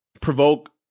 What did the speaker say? provoke